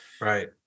Right